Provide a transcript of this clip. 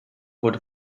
wurde